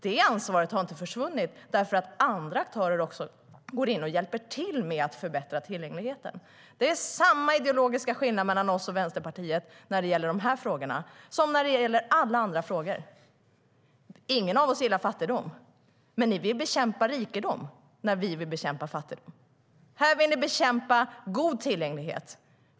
Det ansvaret har inte försvunnit därför att andra aktörer hjälper till med att förbättra tillgängligheten. Det är samma ideologiska skillnad mellan oss och Vänsterpartiet när det gäller de här frågorna som när det gäller alla andra frågor. Ingen av oss gillar fattigdom. Men ni vill bekämpa rikedom när vi vill bekämpa fattigdom. Här vill ni bekämpa god tillgänglighet.